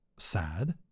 Sad